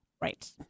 Right